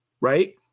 right